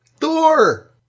Thor